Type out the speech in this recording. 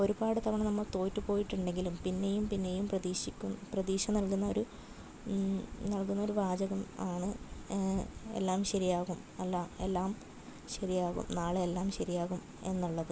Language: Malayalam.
ഒരുപാട് തവണ നമ്മൾ തോറ്റുപോയിട്ടുണ്ടെങ്കിലും പിന്നെയും പിന്നെയും പ്രതീക്ഷക്ക് പ്രതീക്ഷ നൽകുന്നൊരു നൽകുന്നൊരു വാചകം ആണ് എല്ലാം ശരിയാകും എല്ലാം ശരിയാകും നാളെയെല്ലാം ശരിയാകും എന്നുള്ളത്